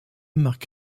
marque